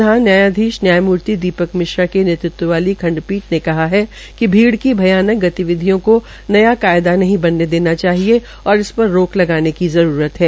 प्रधान न्यायाधीश न्यायमूर्ति दीपक मिश्रा के नेतृत्व वाली खंडपीठ ने कहा है कि भीड़ की भयानक गतिविधियों को नया कायदा नहीं बनने देना चाहिए और इस पर रोक लगाने की जरूरत है